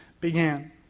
began